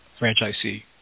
franchisee